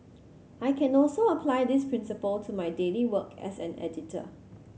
I can also apply this principle to my daily work as an editor